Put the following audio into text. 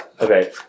Okay